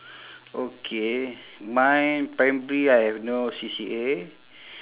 okay mine primary I have no C_C_A